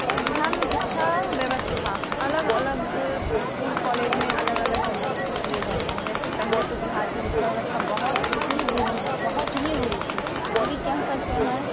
बिहार में शिक्षा व्यवस्था अलग अलग स्कूल कॉलेज में अलग अलग तरीक़े से किए जाते हैं जो किए जाते हैं जैसे पहले तो बिहार की शिक्षा व्यवस्था बहुत ही बुरी बहुत ही बुरी थी क्योंकि कह सकते हैं